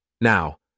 Now